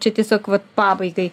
čia tiesiog vat pabaigai